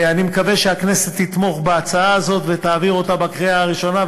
אני מקווה שהכנסת תתמוך בהצעה הזאת ותעביר אותה בקריאה הראשונה,